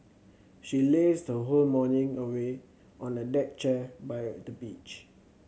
she lazed her whole morning away on a deck chair by the beach